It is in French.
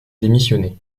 démissionné